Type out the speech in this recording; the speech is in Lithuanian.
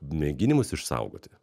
mėginimus išsaugoti